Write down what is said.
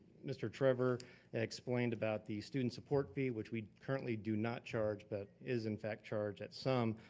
mr. trevor explained about the student support fee, which we currently do not charge, but is in fact charged at some,